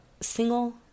single